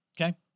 Okay